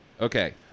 Okay